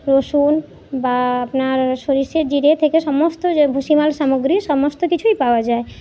রসুন বা আপনার সরষে জিরে থেকে সমস্ত যে ভুসিমাল সামগ্রীর সমস্ত কিছুই পাওয়া যায়